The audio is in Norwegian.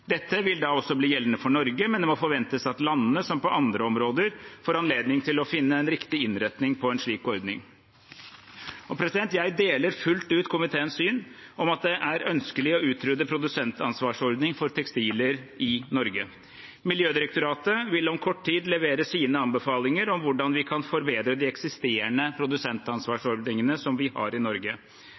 Dette vil da også bli gjeldende for Norge, men det må forventes at landene – som på andre områder – får anledning til å finne en riktig innretning på en slik ordning. Jeg deler fullt ut komiteens syn om at det er ønskelig å utrede produsentansvarsordning for tekstiler i Norge. Miljødirektoratet vil om kort tid levere sine anbefalinger om hvordan vi kan forbedre de eksisterende produsentansvarsordningene vi har i Norge.